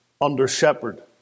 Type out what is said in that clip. under-shepherd